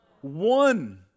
One